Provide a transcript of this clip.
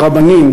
ורבנים,